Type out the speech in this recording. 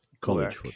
College